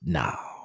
now